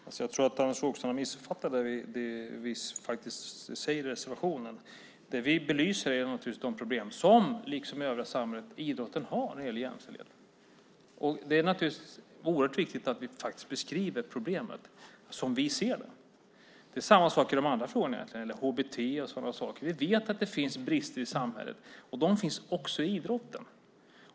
Fru talman! Jag tror att Anders Åkesson har missuppfattat det vi faktiskt säger i reservationen. Det vi belyser är naturligtvis de problem som idrotten liksom det övriga samhället har när det gäller jämställdhet. Det är naturligtvis oerhört viktigt att vi faktiskt beskriver problemen som vi ser dem. Det är samma sak i de andra frågorna, HBT och sådana saker. Vi vet att det finns brister i samhället. De finns också inom idrotten.